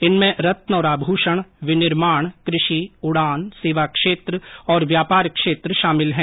इनमें रत्न और आभूषण विनिर्माण कृषि उड़ान सेवा क्षेत्र और व्यापार क्षेत्र शामिल हैं